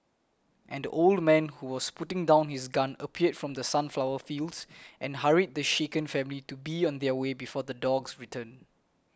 and old man who was putting down his gun appeared from the sunflower fields and hurried the shaken family to be on their way before the dogs return